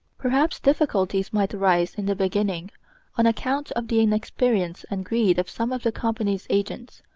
perhaps difficulties might arise in the beginning on account of the inexperience and greed of some of the company's agents,